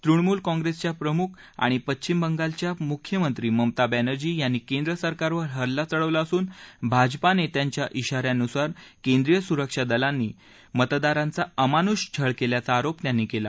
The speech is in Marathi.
तृणमूल काँग्रेसच्या प्रमुख आणि पश्चिम बंगालच्या मुख्यमंत्री ममता बॅनर्जी यांनी केंद्र सरकारवर हल्ला चढवला असून भाजपा नेत्यांच्या इशा यानुसार केंद्रीय सुरक्षा दलानी मतदारांचा अमानुष छळ केल्याचा आरोप त्यांनी केला